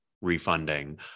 refunding